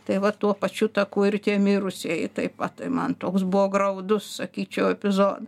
tai va tuo pačiu taku ir tie mirusieji taip pat man toks buvo graudus sakyčiau epizod